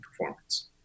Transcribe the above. performance